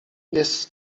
jest